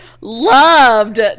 loved